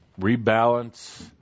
rebalance